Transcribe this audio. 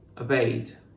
Obeyed